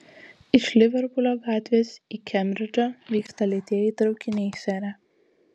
iš liverpulio gatvės į kembridžą vyksta lėtieji traukiniai sere